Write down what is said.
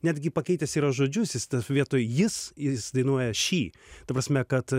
netgi pakeitęs yra žodžius jis vietoj jis jis dainuoja šį ta prasme kad